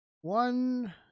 one